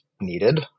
needed